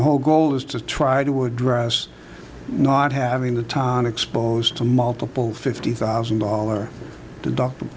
the whole goal is to try to address not having the time exposed to multiple fifty thousand dollar deductible